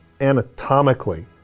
anatomically